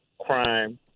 crime